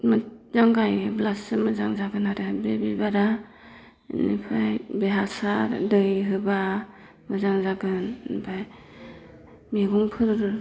मोथजां गायोब्लासो मोजां जागोन आरो बे बिबारा बेनिफ्राय बे हासार दै होब्ला मोजां जागोन आमफाय मैगंफोर